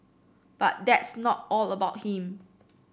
but that's not all about him